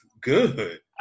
good